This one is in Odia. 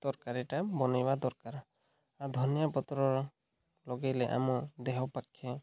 ତରକାରୀଟା ବନେଇବା ଦରକାର ଆଉ ଧନିଆ ପତ୍ରର ଲଗେଇଲେ ଆମ ଦେହ ପାଖେ